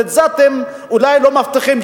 ואת זה אתם אולי לא מבטיחים.